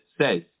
says